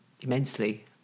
immensely